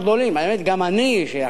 האמת, גם אני, שיחסית